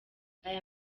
aya